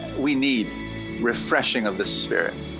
we need refreshing of the spirit.